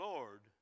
Lord